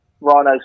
Rhinos